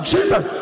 Jesus